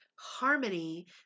Harmony